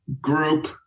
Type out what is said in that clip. group